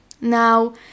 Now